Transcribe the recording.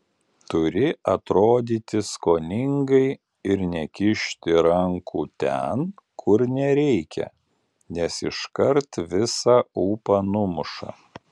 turi atrodyti skoningai ir nekišti rankų ten kur nereikia nes iškart visą ūpą numuša